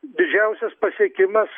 didžiausias pasiekimas